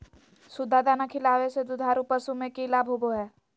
सुधा दाना खिलावे से दुधारू पशु में कि लाभ होबो हय?